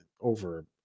over